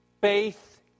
faith